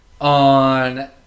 on